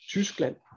Tyskland